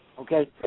Okay